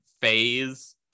phase